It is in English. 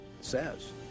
says